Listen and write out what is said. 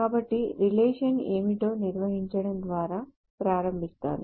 కాబట్టి రీలేషన్ ఏమిటో నిర్వచించడం ద్వారా ప్రారంభిస్తాను